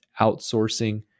outsourcing